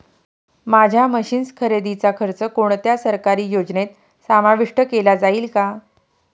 माझ्या मशीन्स खरेदीचा खर्च कोणत्या सरकारी योजनेत समाविष्ट केला जाईल का?